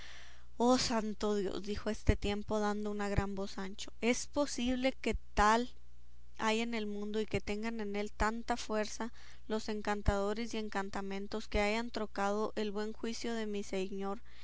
oh santo dios dijo a este tiempo dando una gran voz sancho es posible que tal hay en el mundo y que tengan en él tanta fuerza los encantadores y encantamentos que hayan trocado el buen juicio de mi señor